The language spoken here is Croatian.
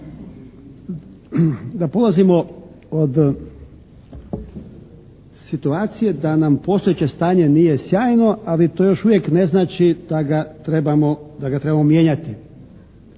da polazimo od situacije da nam postojeće stanje nije sjajno, ali to još uvijek ne znači da ga trebamo mijenjati.